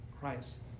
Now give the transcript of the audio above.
Christ